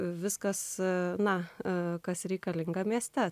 viskas na kas reikalinga mieste